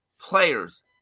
players